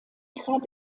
trat